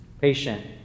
patient